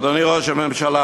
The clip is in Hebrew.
אדוני ראש הממשלה,